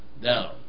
down